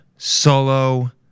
Solo